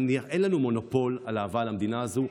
אין לנו מונופול על האהבה למדינה הזו,